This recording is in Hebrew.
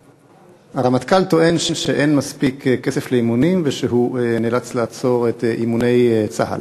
הרמטכ"ל טוען שאין מספיק כסף לאימונים והוא נאלץ לעצור את אימוני צה"ל.